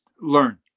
learn